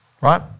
right